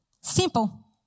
simple